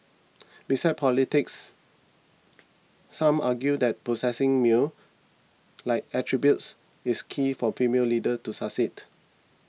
besides polities some argue that possessing male like attributes is key for female leaders to succeed